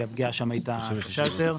שם הפגיעה הייתה קשה יותר.